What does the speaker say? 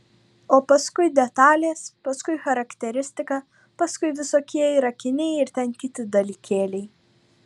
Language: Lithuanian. o paskui detalės paskui charakteristika paskui visokie ir akiniai ir ten kiti dalykėliai